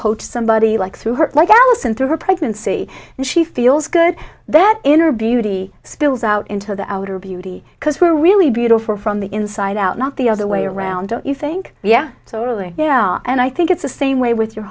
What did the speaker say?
coached somebody like through her like allison through her pregnancy and she feels good that inner beauty spills out into the outer beauty because we're really beautiful from the inside out not the other way around don't you think yeah so yeah and i think it's the same way with your